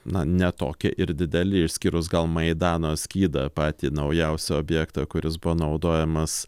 na ne tokie ir dideli išskyrus gal maidano skydą patį naujausią objektą kuris buvo naudojamas